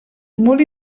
molt